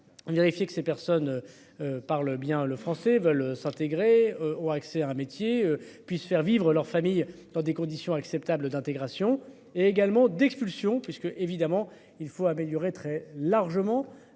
vérifié que ces personnes. Parlent bien le français veulent s'intégrer au accès un métier puisse faire vivre leurs familles dans des conditions acceptables, d'intégration et également d'expulsion puisque évidemment il faut améliorer très largement.